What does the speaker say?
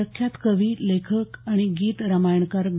प्रख्यात कवी लेखक आणि गीत रामायणकार ग